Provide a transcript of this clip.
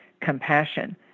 compassion